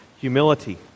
Humility